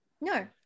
No